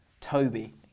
Toby